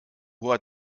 hoher